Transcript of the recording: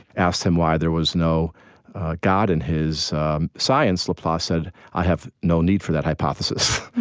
asked him why there was no god in his science, laplace said, i have no need for that hypothesis.